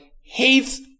hates